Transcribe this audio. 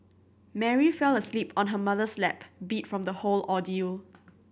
Mary fell asleep on her mother's lap beat from the whole ordeal